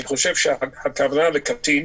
אני חושב שהכוונה לקטין.